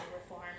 reform